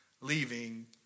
leaving